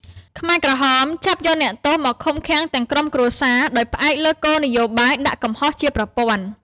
ខ្មែរក្រហមចាប់យកអ្នកទោសមកឃុំឃាំងទាំងក្រុមគ្រួសារ ដោយផ្អែកលើគោលនយោបាយដាក់កំហុសជាប្រព័ន្ធ។